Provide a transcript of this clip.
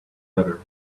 better